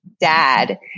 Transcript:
dad